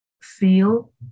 feel